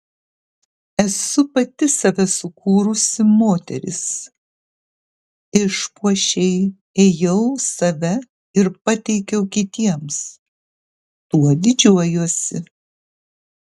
esu pati save sukūrusi moteris išpuošei ėjau save ir pateikiau kitiems tuo didžiuojuosi